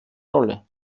rolle